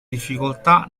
difficoltà